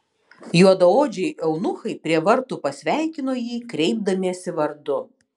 juodaodžiai eunuchai prie vartų pasveikino jį kreipdamiesi vardu